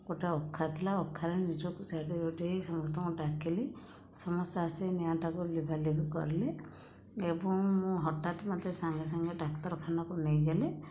ଗୋଟିଏ ଅଖା ଥିଲା ଅଖାରେ ନିଜକୁ ସମସ୍ତଙ୍କୁ ଡାକିଲି ସମସ୍ତେ ଆସି ନିଆଁଟାକୁ ଲିଭାଲିଭି କଲେ ଏବଂ ମୁଁ ହଠାତ୍ ମୋତେ ସାଙ୍ଗେ ସାଙ୍ଗେ ଡାକ୍ତରଖାନାକୁ ନେଇଗଲେ